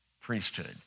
priesthood